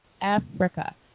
Africa